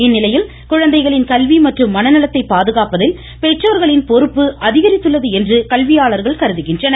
இந்நிலையில் குழந்தைகளின் கல்வி மற்றும் மனநலத்தை பாதுகாப்பதில் பெற்றோர்களின் பொறுப்பு அதிகரித்துள்ளது என்று கல்வியாளர்கள் கருதுகின்றனர்